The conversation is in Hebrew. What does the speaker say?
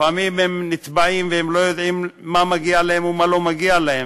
לפעמים הם נתבעים והם לא יודעים מה מגיע להם ומה לא מגיע להם,